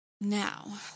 now